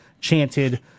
chanted